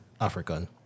African